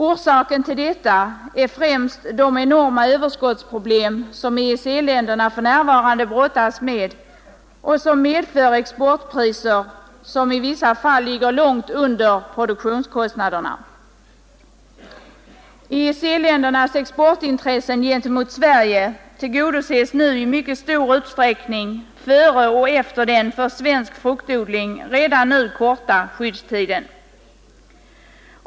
Orsaken till detta är främst de enorma överskottsproblem som EEC-länderna för närvarande brottas med och som medför exportpriser vilka i vissa fall ligger långt under produktionskostnaderna. EEC-ländernas exportintressen gentemot Sverige tillgodoses nu i mycket stor utsträckning före och efter den för svensk fruktodling redan i dag korta skyddstiden.